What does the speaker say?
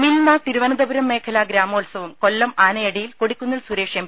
മിൽമ തിരുവന്തപുരം മേഖലാ ഗ്രാമോത്സവം കൊല്ലം ആനയടിയിൽ കൊടിക്കുന്നിൽ സുരേഷ് എം